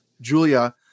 Julia